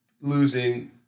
losing